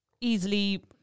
Easily